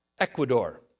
Ecuador